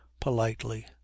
politely